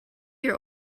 your